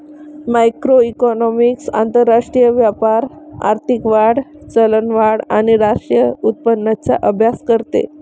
macroeconomics आंतरराष्ट्रीय व्यापार, आर्थिक वाढ, चलनवाढ आणि राष्ट्रीय उत्पन्नाचा अभ्यास करते